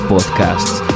Podcasts